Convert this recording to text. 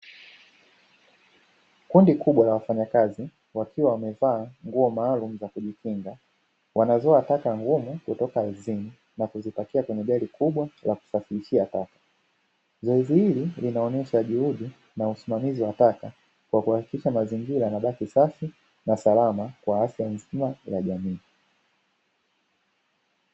Kundi kubwa la wafanyakazi wakiwa wamevaa nguo maalumu zakujikinga wanazoa taka ngumu kutoka ardhini na kuzipakia kwenye gari kubwa la kusafirishia taka, zoezi hili linaonesha juhudi na usimamizi wa taka kwa kuhakikisha mazingira yanabaki safi na salama kwa afya nzima ya jamii.